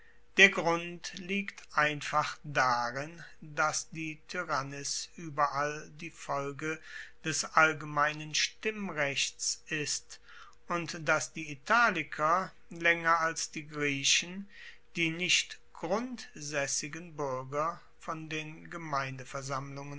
der grund liegt einfach darin dass die tyrannis ueberall die folge des allgemeinen stimmrechts ist und dass die italiker laenger als die griechen die nicht grundsaessigen buerger von den